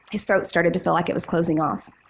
his throat started to feel like it was closing off.